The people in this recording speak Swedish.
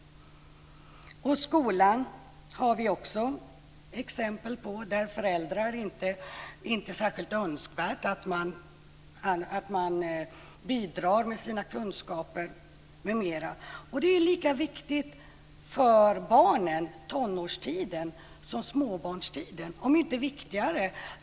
Också skolan är ett exempel. Det är inte särskilt önskvärt att föräldrar där bidrar med sina kunskaper m.m. Tonårstiden är lika viktig för de unga som småbarnstiden, om inte viktigare.